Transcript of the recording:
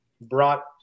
brought